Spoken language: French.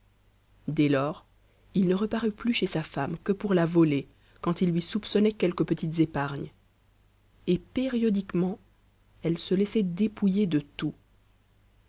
dès lors il ne reparut plus chez sa femme que pour la voler quand il lui soupçonnait quelques petites épargnes et périodiquement elle se laissait dépouiller de tout